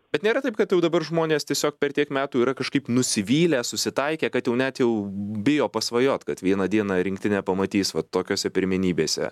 bet nėra taip kad jau dabar žmonės tiesiog per tiek metų yra kažkaip nusivylę susitaikę kad jau net jau bijo pasvajot kad vieną dieną rinktinę pamatys vat tokiose pirmenybėse